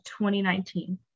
2019